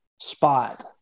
spot